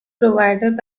provided